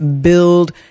Build